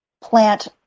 plant